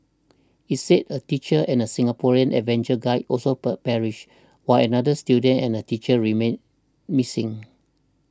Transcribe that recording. it said a teacher and Singaporean adventure guide also perished while another student and a teacher remain missing